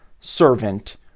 servant